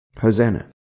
Hosanna